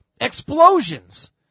Explosions